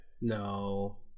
No